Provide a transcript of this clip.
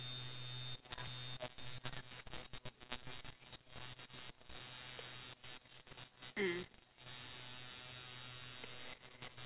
mm